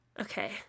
Okay